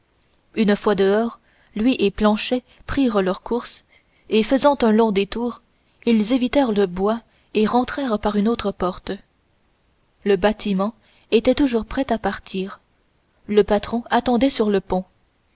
une fois dehors lui et planchet prirent leur course et faisant un long détour ils évitèrent le bois et rentrèrent par une autre porte le bâtiment était toujours prêt à partir le patron attendait sur le port